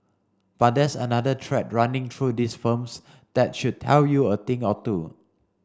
but there's another thread running through these firms that should tell you a thing or two